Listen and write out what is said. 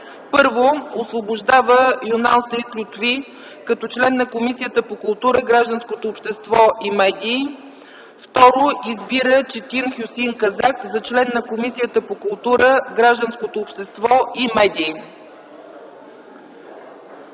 1. Освобождава Юнал Саид Лютфи като член на Комисията по култура, гражданското общество и медии. 2. Избира Четин Хюсеин Казак за член на Комисията по култура, гражданското общество и медии”.